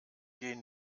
gehen